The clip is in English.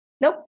Nope